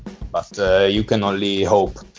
but you can only hope